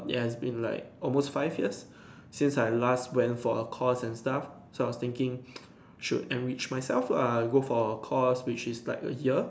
ya it has been like almost five year since I last went for a course and stuff so I was thinking should enrich myself lah go for a course which is like a year